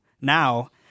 now